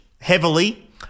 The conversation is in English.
heavily